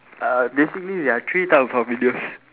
uh basically there are three types of videos